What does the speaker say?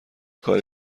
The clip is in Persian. کار